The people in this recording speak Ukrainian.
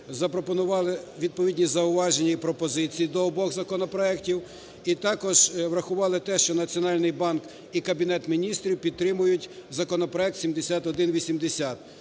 запропонували відповідні зауваження і пропозиції до обох законопроектів, і також врахували те, що Національний банк і Кабінет Міністрів підтримують законопроект 7180.